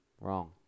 Wrong